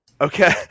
Okay